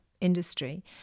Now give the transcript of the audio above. industry